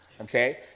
Okay